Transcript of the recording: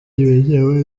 wizewe